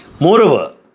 Moreover